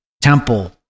temple